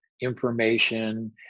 information